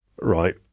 right